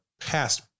past